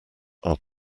are